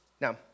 Now